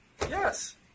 Yes